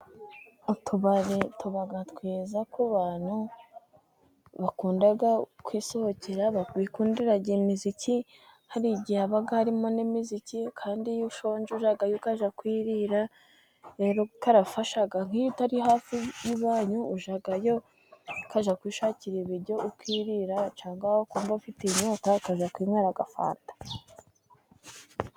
Utubari tuba twiza ku bantu bakunda kwisohokera, bikundira imiziki hari igihe haba harimo n'imiziki, kandi iyo ushonge ujyayo ukajya kukwirira rero utarafasha, nk'iyo utari hafi y'iwanyu ujyayo ukajya kwishakira ibiryo ukirira cyangwa wa kumva ufite inyota ukajya kwinywera agafanta.